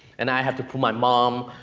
and i have to put my mom,